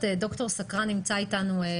ד"ר סקרן, יושב ראש